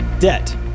Debt